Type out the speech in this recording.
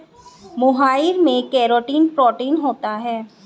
मोहाइर में keratin protein होता है